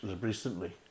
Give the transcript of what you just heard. recently